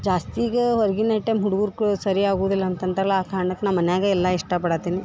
ಜಾಸ್ತಿ ಈಗ ಹೊರಗಿನ ಐಟಮ್ ಹುಡ್ಗುರ್ಗ ಸರಿ ಆಗುದಿಲ್ಲ ಅಂತಂತ್ರಲ ಆ ಕಾರ್ಣಕ್ಕೆ ನಾ ಮನ್ಯಾಗ ಎಲ್ಲಾ ಇಷ್ಟಪಡತಿನಿ